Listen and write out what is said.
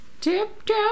Tiptoe